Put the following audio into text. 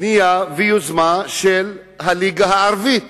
פנייה ויוזמה של הליגה הערבית